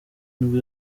nibwo